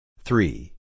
Three